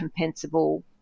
compensable